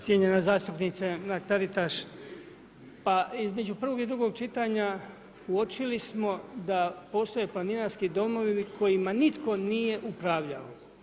Cijenjena zastupnice Mrak Taritaš, pa između prvog i drugog čitanja, uočeli smo da postoje planinarski domovi, kojima nitko nije upravljao.